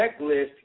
checklist